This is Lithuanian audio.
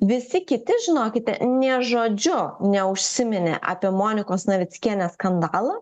visi kiti žinokite nė žodžiu neužsiminė apie monikos navickienės skandalą